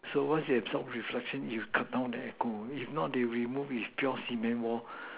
so once it absorbs reflection it will cut down the echo if not they remove is pure cement wall